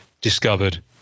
discovered